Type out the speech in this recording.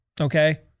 okay